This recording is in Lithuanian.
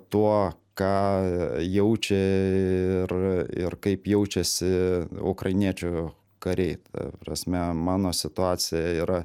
tuo ką jaučia ir ir kaip jaučiasi ukrainiečių kariai ta prasme mano situacija yra